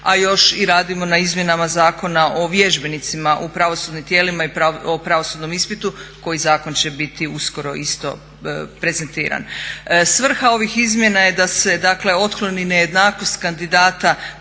A još i radimo na izmjenama Zakona o vježbenicima u pravosudnim tijelima i o pravosudnom ispitu koji zakon će biti uskoro isto prezentiran. Svrha ovih izmjena je da se, dakle otkloni nejednakost kandidata